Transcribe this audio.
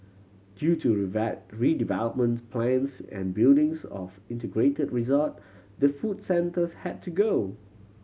due to redevelopments plans and buildings of integrated resort the food centres had to go